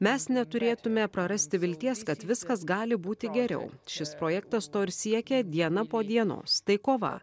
mes neturėtume prarasti vilties kad viskas gali būti geriau šis projektas to ir siekia diena po dienos tai kova